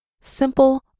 Simple